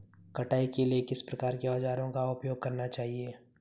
कटाई के लिए किस प्रकार के औज़ारों का उपयोग करना चाहिए?